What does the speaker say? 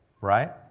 Right